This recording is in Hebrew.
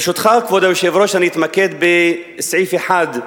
ברשותך, כבוד היושב-ראש, אני אתמקד בסעיף אחד,